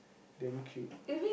damn cute